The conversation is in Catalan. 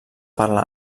parla